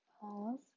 pause